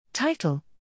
Title